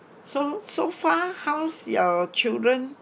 so so far how's your children